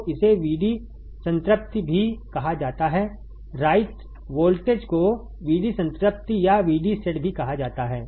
तो इसे VD संतृप्ति भी कहा जाता है राइट वोल्टेज को VD संतृप्ति या VD सेट भी कहा जाता है